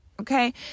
Okay